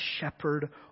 shepherd